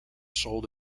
sold